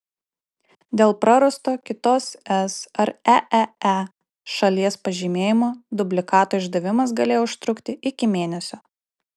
dėl prarasto kitos es ar eee šalies pažymėjimo dublikato išdavimas galėjo užtrukti iki mėnesio